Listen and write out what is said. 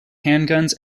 handguns